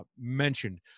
mentioned